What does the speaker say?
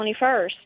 21st